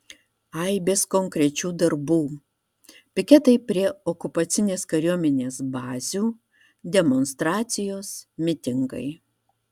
aibės konkrečių darbų piketai prie okupacinės kariuomenės bazių demonstracijos mitingai